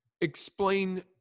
Explain